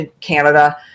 Canada